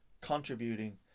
contributing